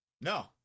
No